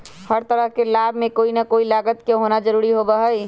हर तरह के लाभ में कोई ना कोई लागत के होना जरूरी होबा हई